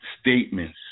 statements